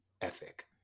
ethic